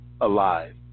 alive